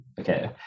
okay